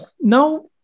Now